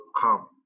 come